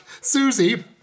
Susie